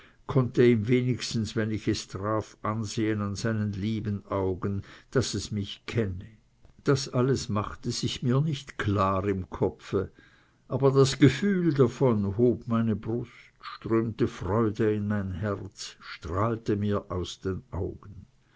konnte ihm wenigstens wenn ich es traf ansehen an seinen lieben augen daß es mich kenne das alles machte sich mir nicht klar im kopfe aber das gefühl davon hob meine brust strömte freude in mein herz strahlte mir aus den augen